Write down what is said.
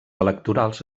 electorals